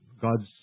God's